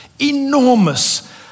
enormous